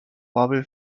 bobby